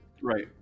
right